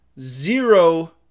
zero